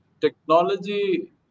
Technology